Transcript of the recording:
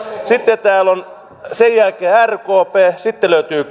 sitten täällä on sen jälkeen rkp sitten löytyy